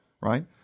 right